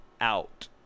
out